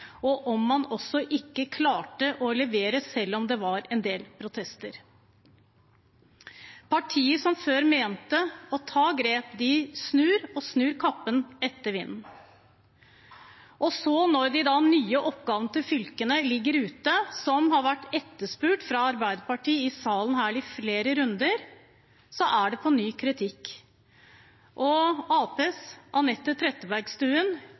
og om man ikke klarte å levere, selv om det var en del protester? Partiet som før mente å ta grep, snur – og snur kappen etter vinden. Når så de nye oppgavene til fylkene ligger ute, som har vært etterspurt av Arbeiderpartiet her i salen i flere runder, er det på ny kritikk. Arbeiderpartiets Anette Trettebergstuen